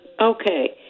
Okay